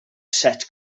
set